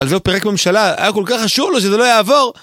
על זה הוא פירק ממשלה, היה כל כך חשוב לו שזה לא יעבור?